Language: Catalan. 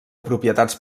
propietats